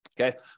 okay